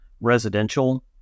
residential